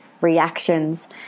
reactions